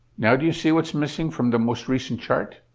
now do you see what's missing from the most recent chart?